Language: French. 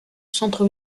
centre